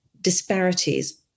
disparities